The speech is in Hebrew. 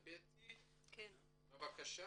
בטי, בבקשה.